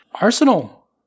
Arsenal